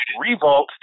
Revolt